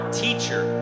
teacher